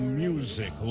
music